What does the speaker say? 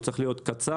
צריך להיות קצר,